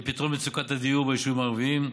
לפתרון מצוקת הדיור ביישובים הערביים.